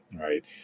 right